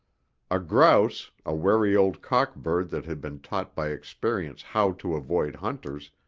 a grouse, a wary old cock bird that had been taught by experience how to avoid hunters,